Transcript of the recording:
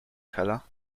hela